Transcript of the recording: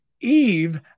Eve